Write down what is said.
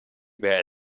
were